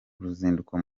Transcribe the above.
ruzinduko